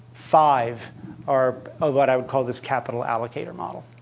five are what i would call this capital allocator model.